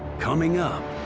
coming up.